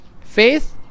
faith